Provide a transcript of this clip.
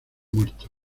muertos